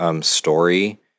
story